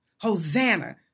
Hosanna